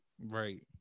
Right